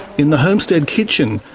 in the homestead kitchen,